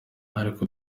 ariko